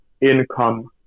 income